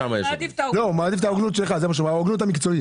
הוא מעדיף את ההוגנות שלך, את ההוגנות המקצועית.